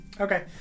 Okay